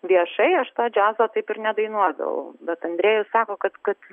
viešai aš to džiazo taip ir nedainuodavau bet andrejus sako kad kad